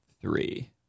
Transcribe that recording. three